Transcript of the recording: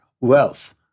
wealth